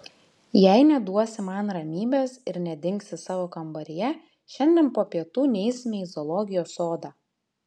jei neduosi man ramybės ir nedingsi savo kambaryje šiandien po pietų neisime į zoologijos sodą